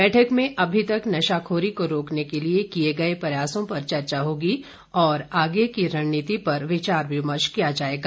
बैठक में अभी तक नशाखोरी को रोकने कि रिए किए गए प्रयासों पर चर्चा होगी और आगे की रणनीति पर विचार विमर्श किया जाएगा